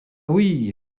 oui